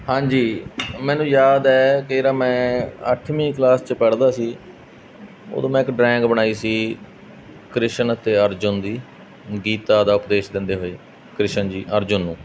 ਹਾਂਜੀ ਮੈਨੂੰ ਯਾਦ ਹੈ ਕੇਰਾਂ ਮੈਂ ਅੱਠਵੀਂ ਕਲਾਸ 'ਚ ਪੜ੍ਹਦਾ ਸੀ ਉਦੋਂ ਮੈਂ ਇੱਕ ਡਰਾਇੰਗ ਬਣਾਈ ਸੀ ਕ੍ਰਿਸ਼ਨ ਅਤੇ ਅਰਜੁਨ ਦੀ ਗੀਤਾ ਦਾ ਉਪਦੇਸ਼ ਦਿੰਦੇ ਹੋਏ ਕ੍ਰਿਸ਼ਨ ਜੀ ਅਰਜੁਨ ਨੂੰ